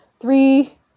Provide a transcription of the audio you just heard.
three